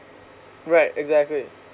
right exactly